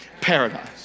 paradise